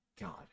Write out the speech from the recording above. God